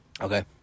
Okay